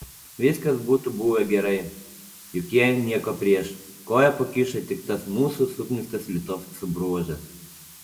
viskas būtų buvę gerai juk jie nieko prieš koją pakišo tik tas mūsų suknistas litovcų bruožas